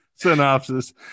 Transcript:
Synopsis